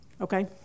Okay